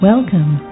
Welcome